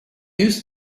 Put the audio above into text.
used